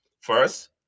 First